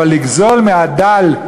אבל לגזול מהדל,